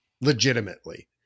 legitimately